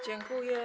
Dziękuję.